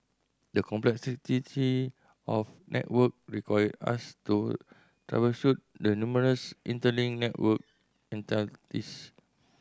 the complexity of network required us to troubleshoot the numerous interlinked network entities